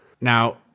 Now